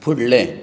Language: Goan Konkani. फुडलें